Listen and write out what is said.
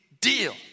deal